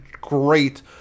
great